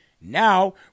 Now